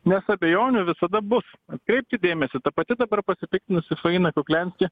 nes abejonių visada bus atkreipkit dėmesį ta pati dabar pasipiktinusi faina kukliansky